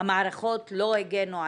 המערכות לא הגנו עליהן.